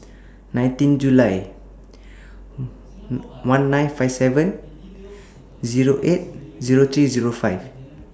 nineteen July one nine five seven Zero eight Zero three Zero five